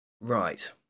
Right